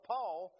Paul